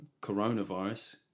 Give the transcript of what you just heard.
coronavirus